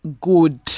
good